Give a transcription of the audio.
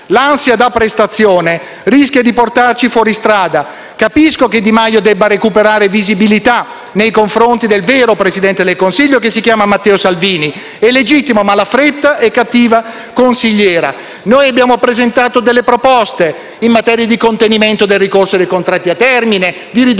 l'ansia da prestazione rischia di portarci fuori strada. Capisco che Di Maio debba recuperare visibilità nei confronti del vero Presidente del Consiglio che si chiama Matteo Salvini: è legittimo, ma la fretta è cattiva consigliera. Abbiamo presentato proposte in materia di contenimento del ricorso ai contratti a termine e riduzione